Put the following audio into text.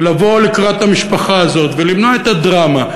לבוא לקראת המשפחה הזאת ולמנוע את הדרמה.